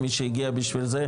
מי שהגיע בשביל זה,